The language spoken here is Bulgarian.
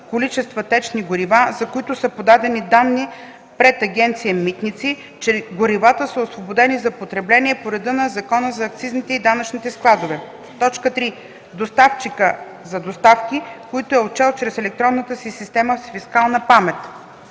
количества течни горива, за които са подадени данни пред Агенция „Митници”, че горивата са освободени за потребление по реда на Закона за акцизите и данъчните складове; 3. доставчика за доставки, които е отчел чрез електронната си система с фискална памет;